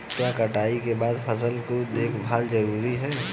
क्या कटाई के बाद फसल की देखभाल जरूरी है?